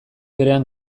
berean